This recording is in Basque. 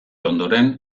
ondoren